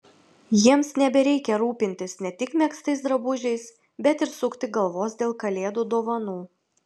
jiems nebereikia rūpintis ne tik megztais drabužiais bet ir sukti galvos dėl kalėdų dovanų